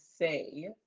say